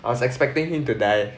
I was expecting him to die